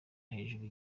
hejuru